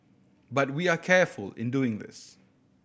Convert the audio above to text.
but we are careful in doing this